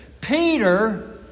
Peter